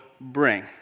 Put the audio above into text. bring